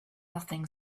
nothing